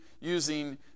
using